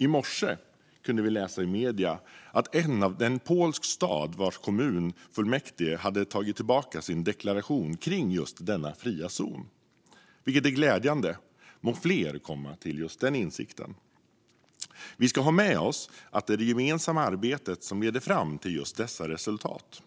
I morse kunde vi läsa i medierna om en polsk stad vars kommunfullmäktige har tagit tillbaka sin deklaration om just denna fria zon. Det är glädjande. Må fler komma till den insikten! Vi ska ha med oss att det är det gemensamma arbetet som leder fram till dessa resultat.